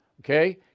Okay